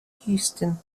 houston